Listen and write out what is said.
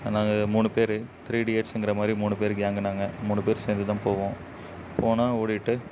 நாங்கள் மூணு பேர் த்ரீ இடியட்ஸுங்கற மாதிரி மூணு பேர் கேங்கு நாங்கள் மூணு பேர் சேர்ந்து தான் போவோம் போனால் ஓடிட்டு